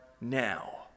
Now